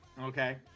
okay